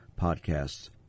podcasts